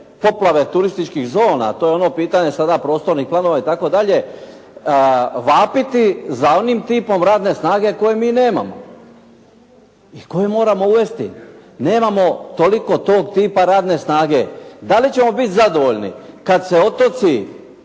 poplave turističkih zona, to je ono pitanje sada prostornih planova i tako dalje, vapiti za onim tipom radne snage koju mi nemamo i koju moramo uvesti, nemamo toliko tog tipa radne snage? Da li ćemo biti zadovoljni kada se otoci